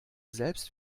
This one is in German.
selbst